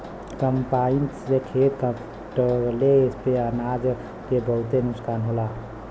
combine से खेत कटले से अनाज के बहुते नुकसान होला